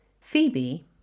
Phoebe